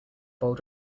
bold